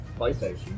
PlayStation